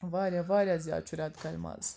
واریاہ واریاہ زیادٕ چھُ ریٚتہٕ کالہِ مَزٕ